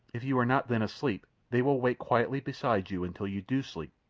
if you are not then asleep they will wait quietly beside you until you do sleep,